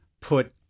put